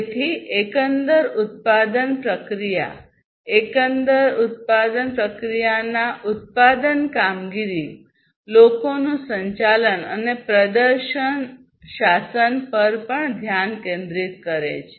તેથી એકંદર ઉત્પાદન પ્રક્રિયા એકંદર ઉત્પાદન પ્રક્રિયાના ઉત્પાદન કામગીરી લોકોનું સંચાલન અને પ્રદર્શન શાસન પર પણ ધ્યાન કેન્દ્રિત કરે છે